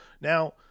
Now